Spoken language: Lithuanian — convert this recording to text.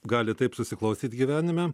gali taip susiklostyt gyvenime